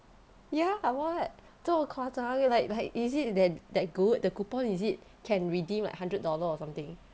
ya what 这么夸张 like like is it that that good the coupon is it can redeem like hundred dollar or something